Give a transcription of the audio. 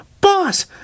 Boss